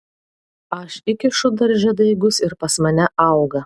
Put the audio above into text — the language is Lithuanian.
aš įkišu darže daigus ir pas mane auga